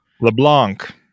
LeBlanc